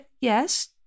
yes